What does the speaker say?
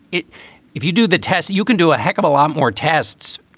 it if you do the tests, you can do a heck of a lot more tests.